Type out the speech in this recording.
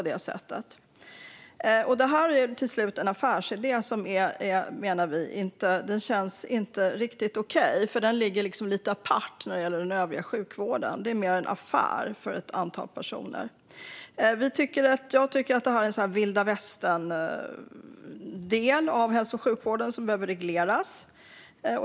Det är till slut en affärsidé som inte känns okej, menar vi. Den ligger lite apart när det gäller den övriga sjukvården. Det är mer en affär för ett antal personer. Jag tycker att det här är en del av hälso och sjukvården där det är lite vilda västern och som behöver regleras.